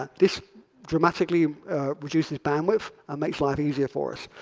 ah this dramatically reduces bandwidth, and makes life easier for us.